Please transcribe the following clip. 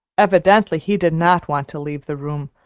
evidently he did not want to leave the room,